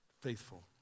Faithful